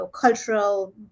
cultural